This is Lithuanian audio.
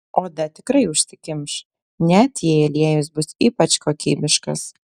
oda tikrai užsikimš net jei aliejus bus ypač kokybiškas